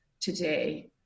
today